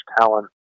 talent